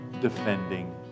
defending